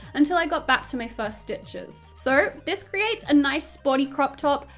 until i got back to my first stitches! so, this creates a nice sporty crop top,